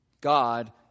God